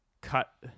cut